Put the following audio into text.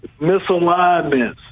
misalignments